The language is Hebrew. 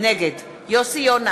נגד יוסי יונה,